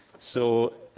so,